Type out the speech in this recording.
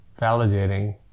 validating